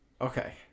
Okay